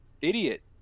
idiot